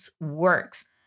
works